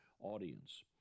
audience